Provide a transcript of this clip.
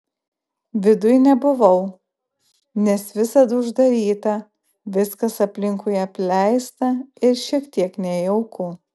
viduj nebuvau nes visad uždaryta viskas aplinkui apleista ir šiek tiek nejauku